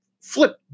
flip